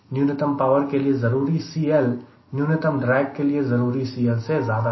न्यूनतम पावर के लिए जरूरी CL न्यूनतम ड्रैग के लिए जरूरी CL से ज्यादा है